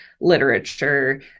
literature